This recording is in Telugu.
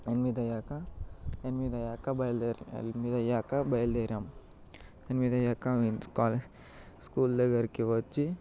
ఎనిమిది అయ్యాక ఎనిమిది అయ్యాక బయల్దేరి ఎనిమిది అయ్యాక బయలుదేరాము ఎనిమిది అయ్యాక మేము కాలేజ్ స్కూల్ దగ్గరికి వచ్చి